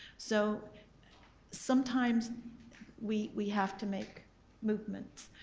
so sometimes we we have to make movements.